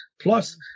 plus